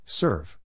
Serve